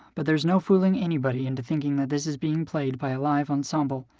but there's no fooling anybody into thinking that this is being played by a live ensemble.